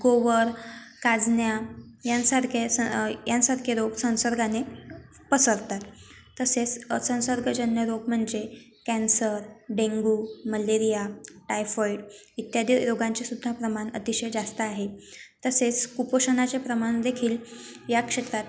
गोवर कांजिण्या यांसारख्या स यांसारखे रोग संसर्गाने पसरतात तसेच असंसर्गजन्य रोग म्हणजे कॅन्सर डेंगू मलेरिया टाइफॉइड इत्यादी रोगांचे सुध्दा प्रमाण अतिशय जास्त आहे तसेच कुपोषणाचे प्रमाणदेखील या क्षेत्रात